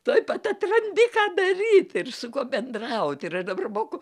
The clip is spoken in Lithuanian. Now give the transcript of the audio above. tuoj pat atrandi ką daryt ir su kuo bendrauti ir aš dabar moku